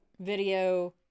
video